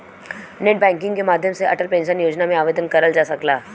net banking के माध्यम से अटल पेंशन योजना में आवेदन करल जा सकला